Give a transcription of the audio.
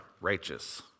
righteous